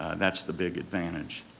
that's the big advantage.